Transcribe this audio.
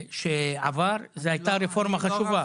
זו הייתה רפורמה חשובה.